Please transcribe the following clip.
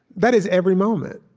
that is every moment.